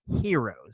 heroes